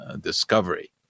discovery